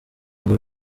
ubwo